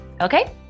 Okay